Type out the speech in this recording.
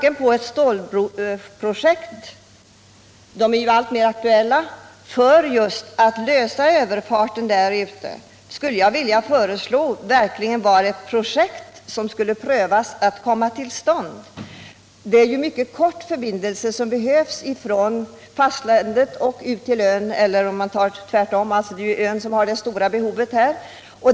En stålbro för att lösa problemen med överfarten där ute är ett projekt som man verkligen skulle kunna pröva. Det är ju en mycket kort förbindelse som behövs från ön till fastlandet.